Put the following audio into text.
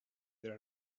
there